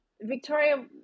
Victoria